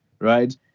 right